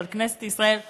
אבל כנסת ישראל עושה,